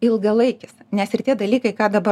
ilgalaikis nes ir tie dalykai ką dabar